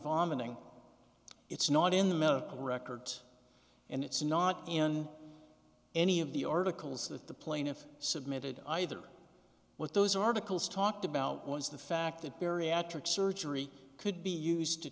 vomiting it's not in the medical records and it's not in any of the articles that the plaintiff submitted either what those articles talked about was the fact that barry atrophy surgery could be used to